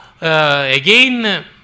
again